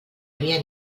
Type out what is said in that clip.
havia